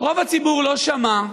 רוב הציבור לא שמע,